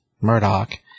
Murdoch